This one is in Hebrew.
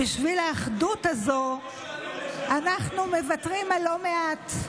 בשביל האחדות הזו אנחנו מוותרים על לא מעט,